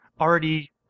already